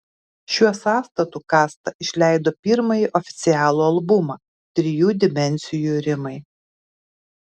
šiuo sąstatu kasta išleido pirmąjį oficialų albumą trijų dimensijų rimai